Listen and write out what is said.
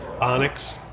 onyx